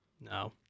No